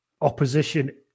opposition